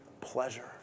pleasure